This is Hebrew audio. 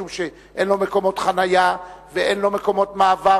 משום שאין לו מקומות חנייה ואין לו מקומות מעבר,